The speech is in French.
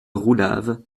roulave